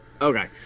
Okay